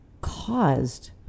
caused